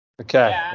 Okay